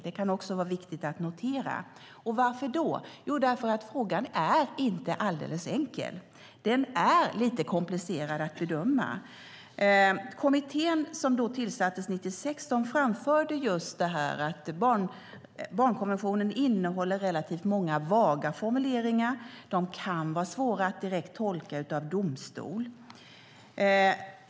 Det kan också vara viktigt att notera. Frågan är inte alldeles enkel. Den är lite komplicerad att bedöma. Kommittén som tillsattes 1996 framförde just att barnkonventionen innehåller relativt många vaga formuleringar som kan vara svåra för en domstol att direkt tolka.